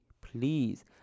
please